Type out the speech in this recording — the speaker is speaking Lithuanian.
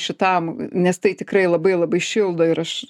šitam nes tai tikrai labai labai šildo ir aš